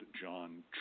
John